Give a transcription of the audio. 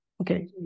okay